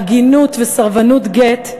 עגינות וסרבנות גט,